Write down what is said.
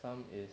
some is